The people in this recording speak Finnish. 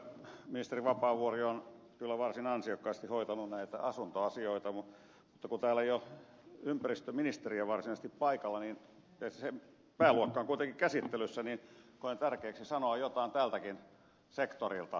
ministeri vapaavuori on kyllä varsin ansiokkaasti hoitanut näitä asuntoasioita mutta kun täällä ei ole ympäristöministeriä varsinaisesti paikalla ja ympäristöministeriön pääluokka on kuitenkin käsittelyssä niin koen tärkeäksi sanoa jotain tältäkin sektorilta